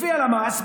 לפי הלמ"ס,